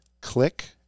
click